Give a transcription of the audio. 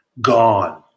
gone